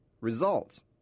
Results